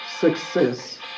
success